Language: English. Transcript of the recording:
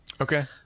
Okay